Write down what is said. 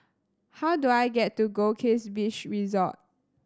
how do I get to Goldkist Beach Resort